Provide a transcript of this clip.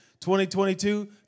2022